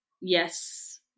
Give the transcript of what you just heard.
yes